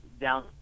down